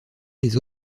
les